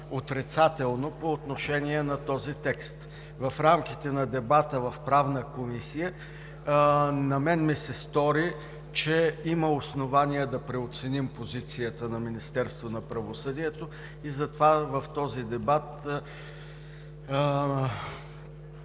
отрицателно по отношение на този текст. В рамките на дебата в Правна комисия на мен ми се стори, че има основание да преоценим позицията на Министерството на правосъдието, и затова в този дебат